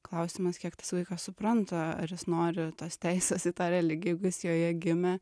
klausimas kiek tas vaikas supranta ar jis nori tos teisės į tą religiją jeigu jis joje gimė